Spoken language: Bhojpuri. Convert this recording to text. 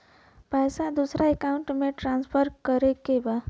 पैसा दूसरे अकाउंट में ट्रांसफर करें के बा?